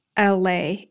LA